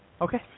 Okay